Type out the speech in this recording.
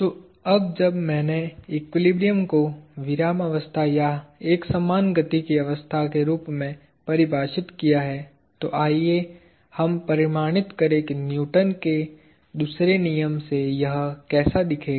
तो अब जब मैंने एक्विलिब्रियम को विरामावस्था या एकसमान गति की अवस्था के रूप में परिभाषित किया है तो आइए हम परिमाणित करें कि न्यूटन के दूसरे नियम से यह कैसा दिखेगा